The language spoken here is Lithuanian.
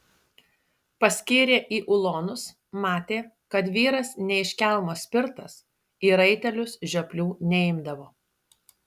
paskyrė į ulonus matė kad vyras ne iš kelmo spirtas į raitelius žioplių neimdavo